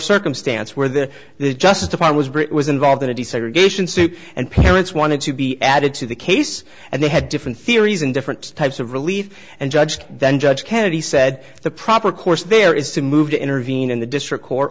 circumstance where the justify was brit was involved in a desegregation suit and parents wanted to be added to the case and they had different theories and different types of relief and judged then judge kennedy said the proper course there is to move to intervene in the district court